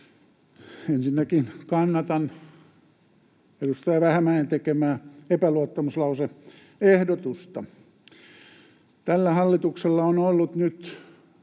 Ensinnäkin kannatan edustaja Vähämäen tekemää epäluottamuslause-ehdotusta. Tällä hallituksella on ollut nyt